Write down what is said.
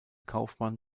kaufmann